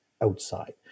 outside